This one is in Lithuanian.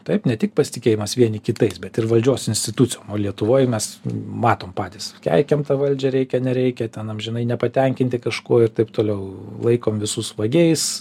taip ne tik pasitikėjimas vieni kitais bet ir valdžios institucijom o lietuvoj mes matom patys keikiam tą valdžią reikia nereikia ten amžinai nepatenkinti kažkuo ir taip toliau laikom visus vagiais